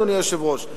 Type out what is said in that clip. אדוני היושב-ראש.